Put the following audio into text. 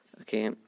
Okay